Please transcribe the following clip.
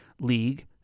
league